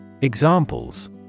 Examples